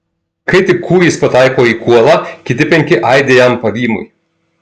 kai tik kūjis pataiko į kuolą kiti penki aidi jam pavymui